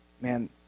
man